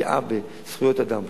פגיעה בזכויות אדם,